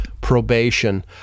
probation